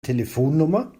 telefonnummer